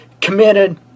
committed